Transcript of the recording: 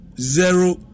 zero